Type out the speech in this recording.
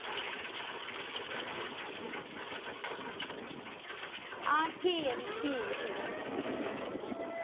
हां ठीक ऐ फ्ही ठीक ऐ ठीक ऐ